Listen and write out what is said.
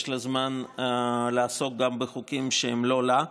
לה זמן לעסוק גם בחוקים שהם לא לה.